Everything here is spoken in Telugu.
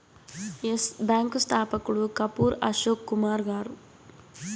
ఎస్ బ్యాంకు స్థాపకుడు కపూర్ అశోక్ కుమార్ గారు